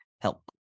help